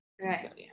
right